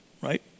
right